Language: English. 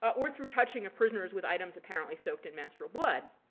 or through touching of prisoners with items apparently soaked in menstrual blood.